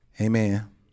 Amen